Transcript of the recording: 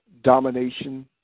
domination